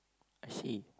I see